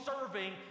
serving